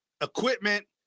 equipment